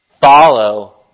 Follow